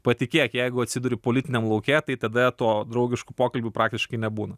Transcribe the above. patikėk jeigu atsiduri politiniam lauke tai tada to draugiškų pokalbių praktiškai nebūna